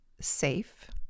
safe